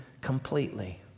completely